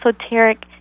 esoteric